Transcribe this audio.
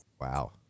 Wow